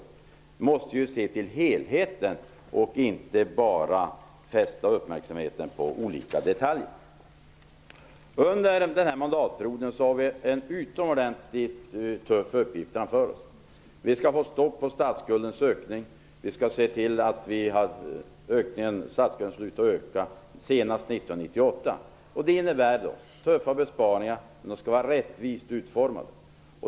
Vi måste se till helheten och inte bara fästa uppmärksamheten på olika detaljer. Under denna mandatperiod har vi en utomordentligt tuff uppgift framför oss. Vi skall se till att statsskulden slutar att öka senast 1998. Det innebär tuffa besparingar, men de skall vara rättvist utformade.